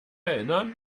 erinnern